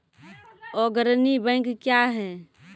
अग्रणी बैंक क्या हैं?